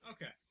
Okay